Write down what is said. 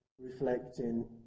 reflecting